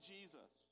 Jesus